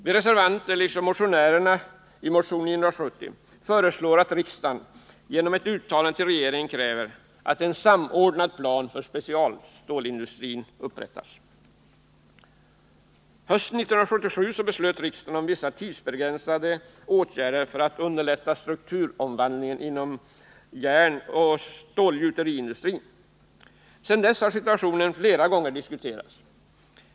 Vi reservanter, liksom motionärerna i motion nr 970, föreslår att riksdagen genom ett uttalande till regeringen kräver att en samordnad plan för specialstålsindustrin upprättas. Sedan dess har situationen flera gånger diskuterats.